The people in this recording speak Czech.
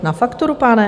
Na fakturu, pane?